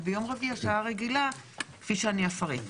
וביום רביעי השעה רגילה כפי שאני אפרט.